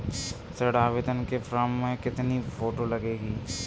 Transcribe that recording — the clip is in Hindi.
ऋण आवेदन के फॉर्म में कितनी फोटो लगेंगी?